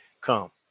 come